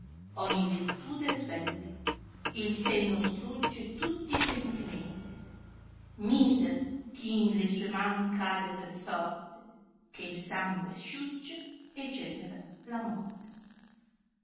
ogni virtude svelle senno strugge e tutti i sentimenti miser chi in sue man cade per sorte che il sangue asciugge e genera la morte